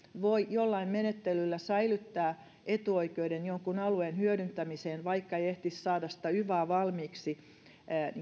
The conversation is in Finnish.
voi jollain menettelyllä säilyttää etuoikeuden jonkun alueen hyödyntämiseen vaikka ei ehtisi saada yvaa valmiiksi